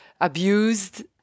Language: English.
abused